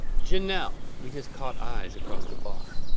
janelle, we just caught eyes across the bar.